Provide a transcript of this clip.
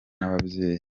n’ababyeyi